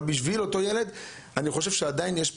אבל בשביל אותו ילד אני חושב --- רגע,